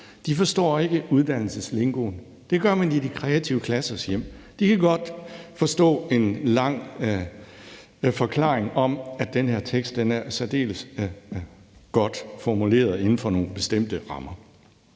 De forstår ikke uddannelseslingoen, det gør man i de kreative klassers hjem. De kan godt forstå en lang forklaring om, at en tekst er særdeles godt formuleret inden for nogle bestemte rammer.